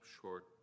short